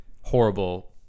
horrible